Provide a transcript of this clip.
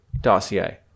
dossier